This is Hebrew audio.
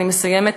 אני מסיימת,